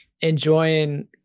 enjoying